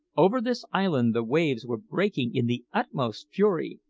over this island the waves were breaking in the utmost fury,